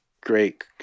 great